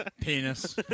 Penis